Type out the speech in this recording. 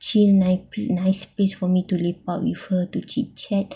nice nice place for me to lepak with her to chit chat